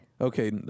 Okay